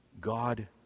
God